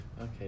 Okay